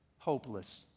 Hopeless